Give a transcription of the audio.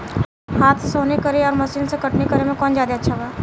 हाथ से सोहनी करे आउर मशीन से कटनी करे मे कौन जादे अच्छा बा?